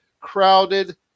crowded